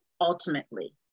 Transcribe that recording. ultimately